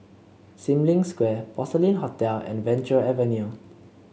Sim Lim Square Porcelain Hotel and Venture Avenue